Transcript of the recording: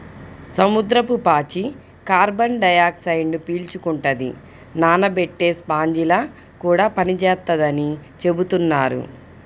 సముద్రపు పాచి కార్బన్ డయాక్సైడ్ను పీల్చుకుంటది, నానబెట్టే స్పాంజిలా కూడా పనిచేత్తదని చెబుతున్నారు